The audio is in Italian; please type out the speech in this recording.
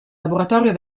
laboratorio